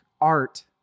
art